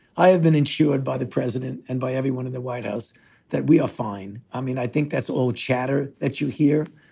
i have been insured by the president and by every one of the white house that we are fine. i mean, i think that's all chatter that you hear.